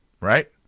Right